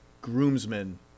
groomsmen